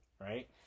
right